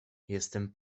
jestem